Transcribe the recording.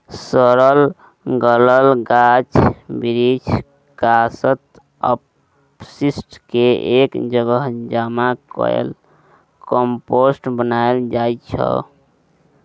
सरल गलल गाछ बिरीछ, कासत, अपशिष्ट केँ एक जगह जमा कए कंपोस्ट बनाएल जाइ छै